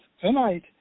tonight